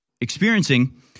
experiencing